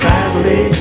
Sadly